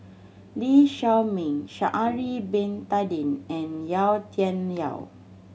Lee Shao Meng Sha'ari Bin Tadin and Yau Tian Yau